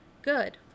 good